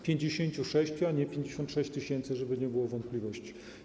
56 uczniów, a nie 56 tys., żeby nie było wątpliwości.